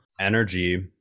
energy